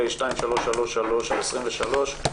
פ/2333/23,